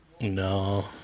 No